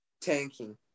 tanking